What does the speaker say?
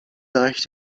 bereich